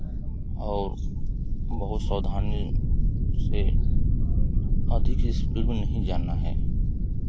और बहुत सावधानी से अधिक स्पीड में नहीं जाना है